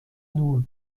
نور